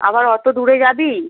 আবার অত দূরে যাবি